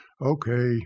Okay